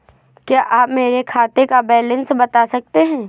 क्या आप मेरे खाते का बैलेंस बता सकते हैं?